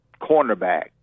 cornerback